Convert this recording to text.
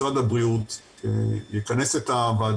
שמחתי לראות כמו שציינתי שקמה עמותה לעשות את הכול.